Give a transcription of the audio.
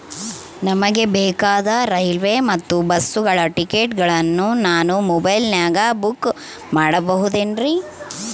ನಮಗೆ ಬೇಕಾದ ರೈಲು ಮತ್ತ ಬಸ್ಸುಗಳ ಟಿಕೆಟುಗಳನ್ನ ನಾನು ಮೊಬೈಲಿನಾಗ ಬುಕ್ ಮಾಡಬಹುದೇನ್ರಿ?